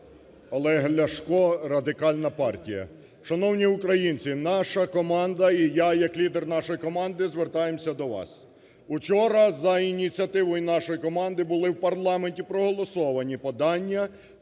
Олег Ляшко, "Радикальна партія". Шановні українці! Наша команда і я як лідер нашої команди звертаємось до вас. Вчора за ініціативою нашої команди були в парламенті проголосовані подання